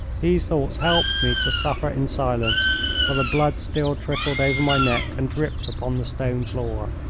these thoughts helped me to suffer in silence while the blood still trickled over my neck and dripped upon the stone floor.